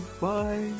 Bye